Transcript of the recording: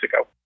ago